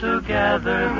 Together